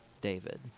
David